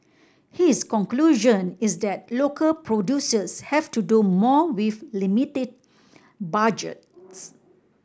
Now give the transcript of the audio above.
his conclusion is that local producers have to do more with limited budgets